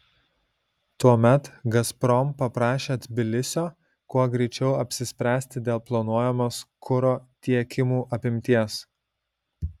tuomet gazprom paprašė tbilisio kuo greičiau apsispręsti dėl planuojamos kuro tiekimų apimties